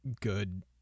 good